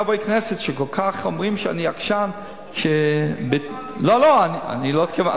לחברי הכנסת שאומרים שאני כל כך עקשן --- אני לא אמרתי.